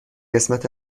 قسمت